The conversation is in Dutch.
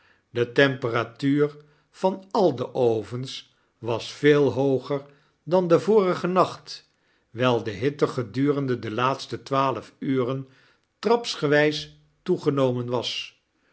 de temperatuur van al de ovens was veel hooger dan den vorigen nacht wijl de hitte gedurende de laatste twaalf uren trapsgewys toegenoraen was